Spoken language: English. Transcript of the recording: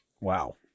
wow